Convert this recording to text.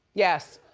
yes,